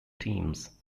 teams